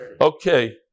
Okay